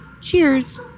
Cheers